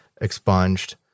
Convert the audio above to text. expunged